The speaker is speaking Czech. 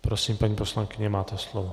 Prosím, paní poslankyně, máte slovo.